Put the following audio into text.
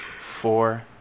Four